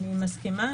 אני מסכימה.